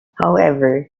however